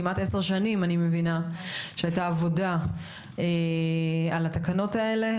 כמעט עשר שנים אני מבינה שהייתה עבודה על התקנות האלה.